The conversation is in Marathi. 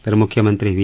तर मुख्यमंत्री व्ही